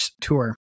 tour